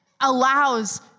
allows